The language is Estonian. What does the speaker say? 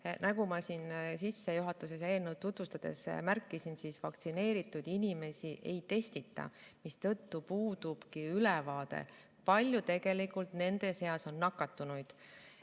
Nagu ma sissejuhatuses ja eelnõu tutvustades märkisin, vaktsineeritud inimesi ei testita, mistõttu puudubki ülevaade, kui palju tegelikult nende seas on nakatunuid.